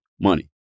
money